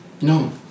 No